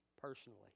personally